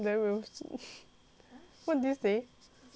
!huh! what did you say